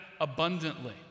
abundantly